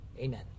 Amen